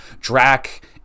Drac